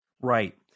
Right